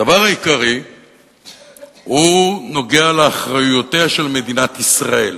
הדבר העיקרי נוגע לאחריותה של מדינת ישראל.